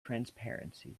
transparency